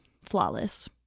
Flawless